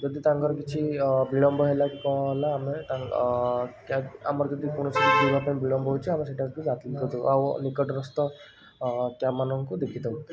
ଯଦି ତାଙ୍କର କିଛି ଅ ବିଳମ୍ବ ହେଲା କି କ'ଣ ହେଲା ଆମେ ତାଙ୍କ ଆମର ଯଦି କୌଣସି କାମ ପାଇଁ ବିଳମ୍ବ ହେଉଛି ଆମେ ସେଇଟାକୁ ବାତିଲ କରିଦେଉ ଆଉ ନିକଟସ୍ଥ କ୍ୟାବମାନଙ୍କୁ ଦେଖିଥାଉ